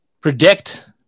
predict